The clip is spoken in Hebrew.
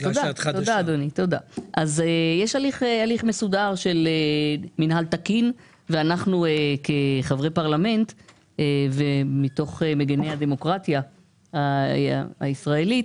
של מינהל תקין ואנחנו כחברי פרלמנט ומתוך מגיני הדמוקרטיה הישראלית,